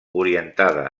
orientada